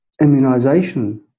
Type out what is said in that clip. immunization